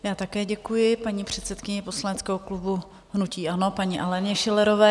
Já také děkuji paní předsedkyni poslaneckého klubu hnutí ANO paní Aleně Schillerové.